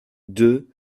deux